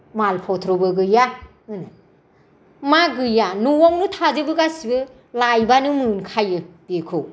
माल फथ्र'बो गैया होनो मा गैया न'आवनो थाजोबो गासैबो लायबानो मोनखायो बेखौ